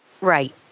Right